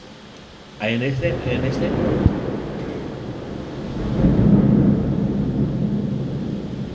I understand I understand